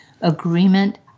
agreement